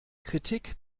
kritik